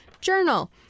Journal